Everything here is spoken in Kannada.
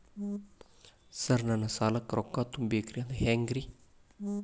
ಸರ್ ನನ್ನ ಸಾಲಕ್ಕ ರೊಕ್ಕ ತುಂಬೇಕ್ರಿ ಅದು ಹೆಂಗ್ರಿ?